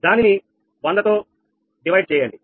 దానిని 100 తో విభజన చేయండి